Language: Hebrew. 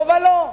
לא ולא.